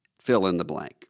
fill-in-the-blank